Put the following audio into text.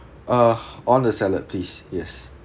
uh on the salad please yes